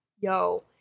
Yo